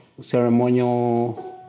ceremonial